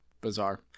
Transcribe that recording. bizarre